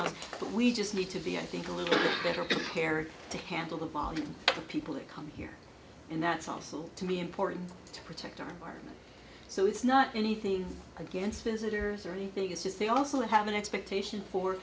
but we just need to be i think a little better prepared to handle the volume of people that come here and that's also to me important to protect our environment so it's not anything against visitors or anything it's just they also have an expectation for